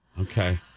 okay